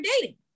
dating